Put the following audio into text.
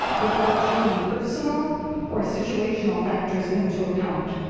without taking personal or situational factors into account.